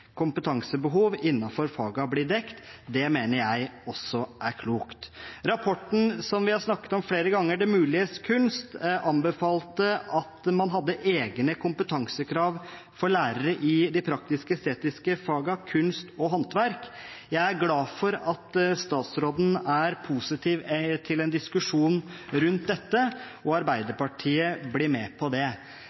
kompetansebehov innenfor fagene blir dekket. Det mener jeg også er klokt. Rapporten som vi har snakket om flere ganger, Det muliges kunst, anbefalte at man hadde egne kompetansekrav for lærere i de praktisk-estetiske fagene kunst og håndverk. Jeg er glad for at statsråden er positiv til en diskusjon rundt dette. Og Arbeiderpartiet blir med på det,